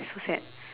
so sad